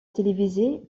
télévisé